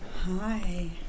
Hi